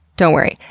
don't worry.